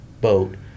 boat